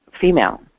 female